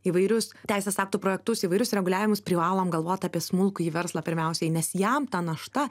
įvairius teisės aktų projektus įvairius reguliavimus privalome galvot apie smulkųjį verslą pirmiausiai nes jam ta našta